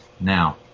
now